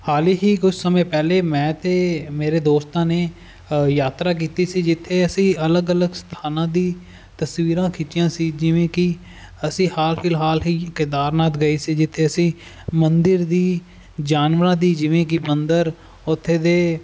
ਹਾਲ ਹੀ ਕੁਝ ਸਮੇਂ ਪਹਿਲੇ ਮੈਂ ਅਤੇ ਮੇਰੇ ਦੋਸਤਾਂ ਨੇ ਯਾਤਰਾ ਕੀਤੀ ਸੀ ਜਿੱਥੇ ਅਸੀਂ ਅਲੱਗ ਅਲੱਗ ਸਥਾਨਾਂ ਦੀ ਤਸਵੀਰਾਂ ਖਿੱਚੀਆਂ ਸੀ ਜਿਵੇਂ ਕਿ ਅਸੀਂ ਹਾਲ ਫਿਲਹਾਲ ਹੀ ਕੇਦਾਰਨਾਥ ਗਏ ਸੀ ਜਿੱਥੇ ਅਸੀਂ ਮੰਦਰ ਦੀ ਜਾਨਵਰਾਂ ਦੀ ਜਿਵੇਂ ਕਿ ਬਾਂਦਰ ਉੱਥੇ ਦੇ